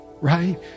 right